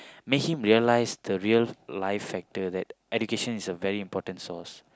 make him realise the real life factor that education is a very important source